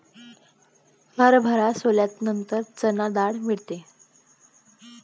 हरभरा सोलल्यानंतर चणा डाळ मिळते